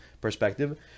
perspective